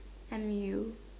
M